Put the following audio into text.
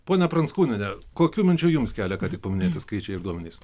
ponia pranckūniene kokių minčių jums kelia ką tik paminėti skaičiai ir duomenys